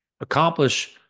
accomplish